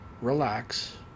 Relax